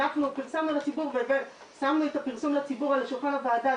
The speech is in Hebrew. פרסמנו לציבור ושמנו את הפרסום לציבור על שולחן הוועדה,